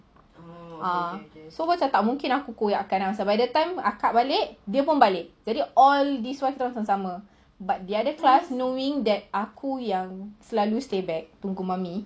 ah macam tak mungkin aku koyakkan by the time akak balik dia pun balik so all this while kita orang sama-sama but the other class knowing that aku yang selalu stay back tunggu mummy